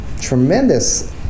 Tremendous